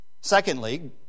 Secondly